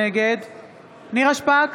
נגד נירה שפק,